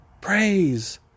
Praise